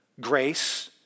grace